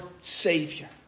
Savior